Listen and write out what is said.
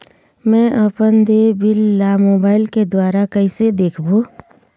मैं अपन देय बिल ला मोबाइल के द्वारा कइसे देखबों?